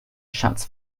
schatz